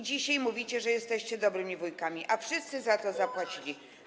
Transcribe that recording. Dzisiaj mówicie, że jesteście dobrymi wujkami, a wszyscy za to zapłacili.